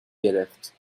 گرفت